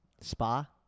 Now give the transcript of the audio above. Spa